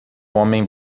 homem